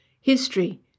history